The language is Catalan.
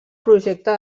projecte